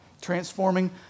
transforming